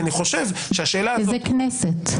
איזה כנסת?